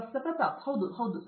ಪ್ರತಾಪ್ ಹರಿದಾಸ್ ಹೌದು ಹೌದು ಸರಿ